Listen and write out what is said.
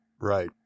Right